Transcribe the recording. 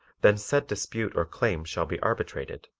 then said dispute or claim shall be arbitrated.